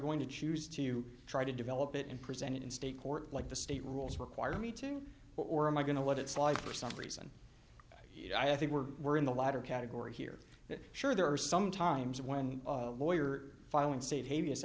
going to choose to try to develop it and present it in state court like the state rules require me to or am i going to let it slide for some reason i think we're we're in the latter category here sure there are some times when lawyer filing state h